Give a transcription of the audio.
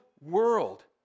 world